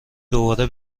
دوباره